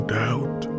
doubt